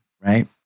right